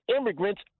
immigrants